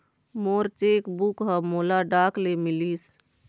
मोर cheque book ह मोला डाक ले मिलिस